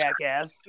jackass